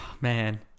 man